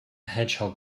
hedgehog